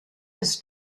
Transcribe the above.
ist